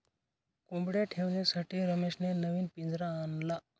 कोंबडया ठेवण्यासाठी रमेशने नवीन पिंजरा आणला